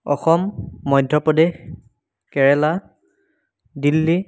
Assam Madhya Pradesh Kerala Delhi